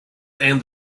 and